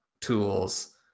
tools